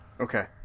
okay